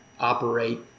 operate